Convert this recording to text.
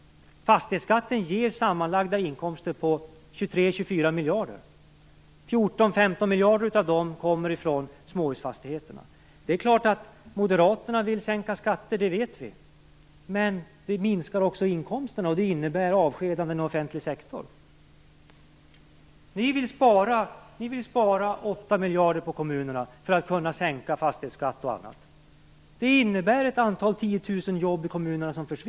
Fastighetsskatten ger sammanlagda inkomster på 23-24 miljarder. 14-15 miljarder av dem kommer från småhusfastigheterna. Att Moderaterna vill sänka skatter vet vi. Men det minskar också inkomsterna, och det innebär avskedanden inom den offentliga sektorn. Ni vill spara 8 miljarder på kommunerna för att kunna sänka fastighetsskatt och annat. Det innebär att ett antal tiotusen jobb försvinner i kommunerna.